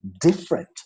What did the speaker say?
different